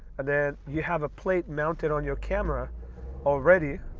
and then you have a plate mounted on your camera already.